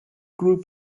group